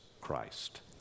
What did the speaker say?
Christ